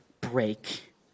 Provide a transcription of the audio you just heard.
break